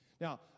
Now